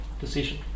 decision